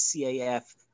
CAF